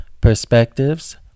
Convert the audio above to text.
perspectives